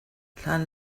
hlan